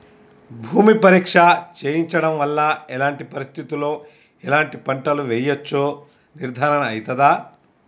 భూమి పరీక్ష చేయించడం వల్ల ఎలాంటి పరిస్థితిలో ఎలాంటి పంటలు వేయచ్చో నిర్ధారణ అయితదా?